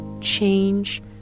change